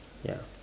ya